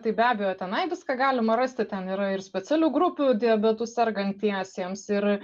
tai be abejo tenai viską galima rasti ten yra ir specialių grupių diabetu sergantiesiems ir